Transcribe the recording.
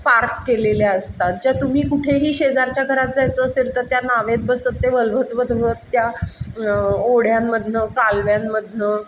park केलेल्या असतात ज्या तुम्ही कुठेही शेजारच्या घरात जायचं असेल तर त्या नावेत बसत त्या वल्हवत वधवत त्या ओढ्यांमधून कालव्यांमधून